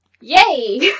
yay